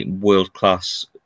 world-class